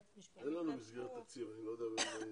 אני רוצה לחדד איזה שהיא